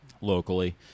locally